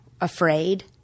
afraid